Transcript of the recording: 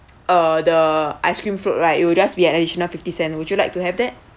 uh the ice cream float right it will just be an additional fifty cent would you like to have that